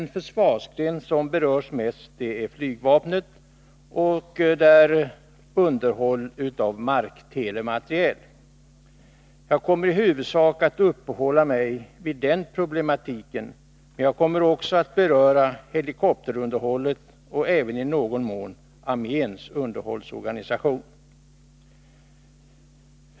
Den försvarsgren som berörs mest är flygvapnet och där framför allt underhåll av marktelemateriel. Jag kommer i huvudsak att uppehålla mig vid den problematiken, men jag kommer också att beröra helikopterunderhållet och även i någon mån arméns underhållsorganisation.